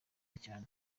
cyane